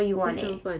那怎么办